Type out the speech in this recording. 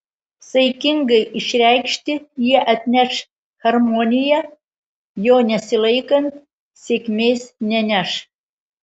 saikingai išreikšti jie atneš harmoniją jo nesilaikant sėkmės neneš